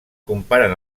comparen